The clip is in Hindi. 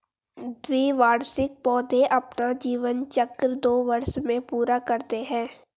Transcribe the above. द्विवार्षिक पौधे अपना जीवन चक्र दो वर्ष में पूरा करते है